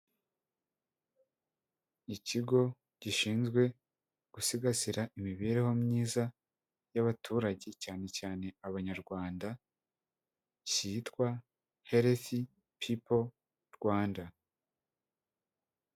Ikigo gishinzwe gusigasira imibereho myiza y'abaturage, cyane cyane Abanyarwanda cyitwa HPR.